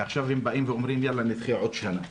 ועכשיו הם באים ואומרים: יאללה, נדחה לעוד שנה.